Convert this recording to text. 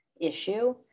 issue